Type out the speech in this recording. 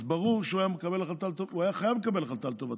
אז ברור שהוא היה חייב לקבל החלטה לטובתנו,